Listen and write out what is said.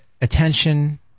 attention